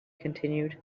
continued